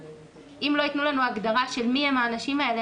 אם לא יתנו לנו הגדרה מי הם האנשים האלה,